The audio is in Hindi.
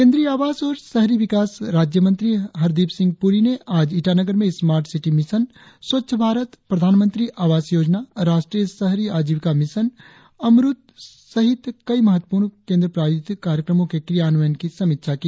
केंद्रीय आवास और शहरी विकास राज्य मंत्री हरदीप सिंह पुरी ने आज ईटानगर में smart city mission Swachh Bharat प्रधानमंत्री आवास योजना राष्ट्रीय शहरी आजिवीका मिशन अमरुत सहित कई महत्वपूर्ण केंद्र प्रायोजित कार्यक्रमो के क्रियान्वयन की समीक्षा की